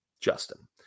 Justin